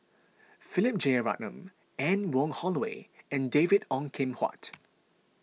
Philip Jeyaretnam Anne Wong Holloway and David Ong Kim Huat